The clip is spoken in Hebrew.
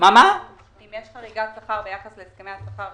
יש חריגת שכר ביחס להסכמי השכר,